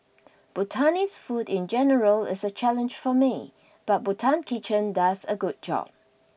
Bhutanese food in general is a challenge for me but Bhutan Kitchen does a good job